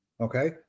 Okay